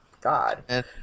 God